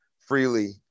freely